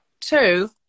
two